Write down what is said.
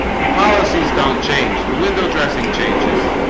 the policies don't change the window dressing changes